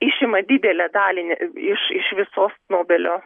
išima didelę dalinį iš iš visos nobelio